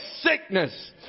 sickness